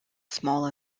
small